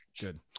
Good